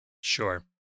sure